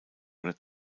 oder